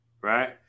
right